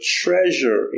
treasure